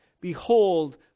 Behold